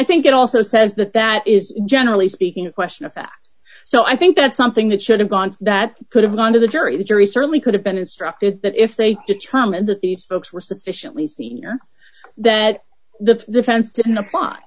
think it also says that that is generally speaking a question of fact so i think that's something that should have gone to that could have gone to the jury the jury certainly could have been instructed that if they determined that these folks were sufficiently senior that the defense didn't apply